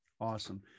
Awesome